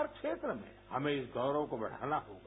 हर क्षेत्र में हमें इस गौरव को बढ़ाना होगा